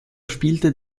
spielte